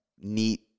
neat